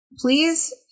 Please